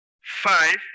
five